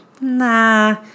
nah